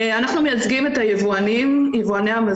אנחנו מייצגים את יבואני המזון.